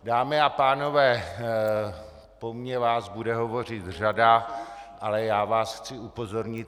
Dámy a pánové, po mně vás bude hovořit řada, ale já vás chci upozornit.